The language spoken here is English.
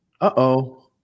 uh-oh